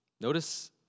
Notice